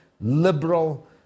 liberal